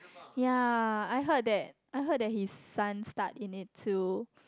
ya I heard that I heard that his son stuck in it too